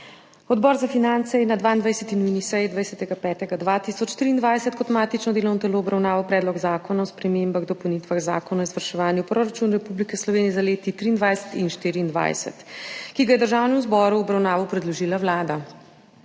Odbor za finance je na 22. nujni seji 20. 5. 2023 kot matično delovno telo obravnaval Predlog zakona o spremembah in dopolnitvah Zakona o izvrševanju proračuna Republike Slovenije za leti 2023 in 2024, ki ga je Državnemu zboru v obravnavo predložila Vlada.